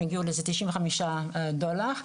הם הגיעו לתשעים וחמישה דולר,